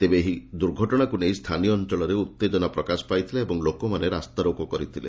ତେବେ ଏହି ଦୁର୍ଘଟଶାକୁ ନେଇ ସ୍ଚାନୀୟ ଅଞ୍ଚଳରେ ଉଉେଜନା ପ୍ରକାଶ ପାଇଥିଲା ଏବଂ ଲୋକମାନେ ରାସ୍ତାରୋକ କରିଥିଲେ